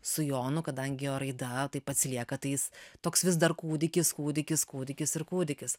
su jonu kadangi jo raida taip atsilieka tai jis toks vis dar kūdikis kūdikis kūdikis ir kūdikis